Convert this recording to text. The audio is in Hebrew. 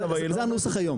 זה הנוסח היום.